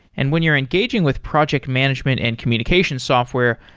and when you're engaging with project management and communication software,